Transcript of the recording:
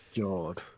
God